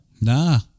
Nah